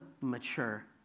mature